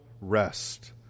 rest